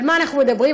על מה אנחנו מדברים?